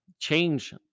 change